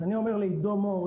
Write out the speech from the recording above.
אז אני אומר לעידו מור,